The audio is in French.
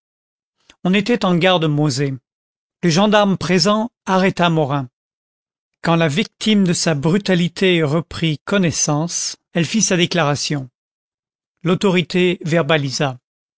on était en gare de mauzé le gendarme présent arrêta morin quand la victime de sa brutalité eut repris connaissance elle fit sa déclaration l'autorité verbalisa